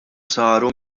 saru